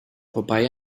vorbei